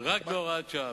רק בהוראת שעה.